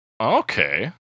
Okay